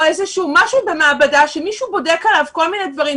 משהו במעבדה שמישהו בודק עליו כל מיני דברים.